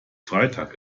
freitag